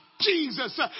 Jesus